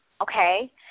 okay